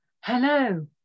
Hello